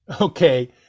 Okay